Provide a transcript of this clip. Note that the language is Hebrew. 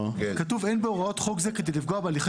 כתוב ש"אין בהוראות חוק זה כדי לפגוע בהליכי